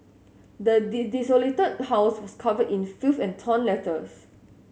the did desolated house was covered in filth and torn letters